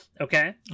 okay